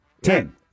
ten